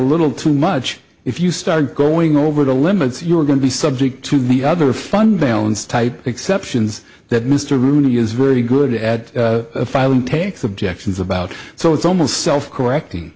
little too much if you started going over the limits you're going to be subject to the other fund valence type exceptions that mr rooney is very good at filing takes objections about so it's almost self correcting